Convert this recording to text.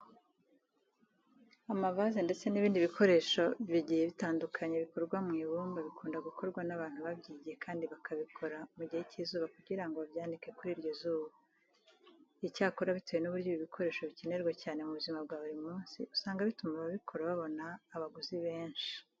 Amavaze ndetse n'ibindi bikoresho bigiye bitandukanye bikorwa mu ibumba bikunda gukorwa n'abantu babyigiye kandi bakabikora mu gihe cy'izuba kugira ngo babyanike kuri iryo zuba. Icyakora bitewe n'uburyo ibi bikoresho bikenerwa cyane mu buzima bwa buri munsi, usanga bituma ababikora ababona abaguzi benshi.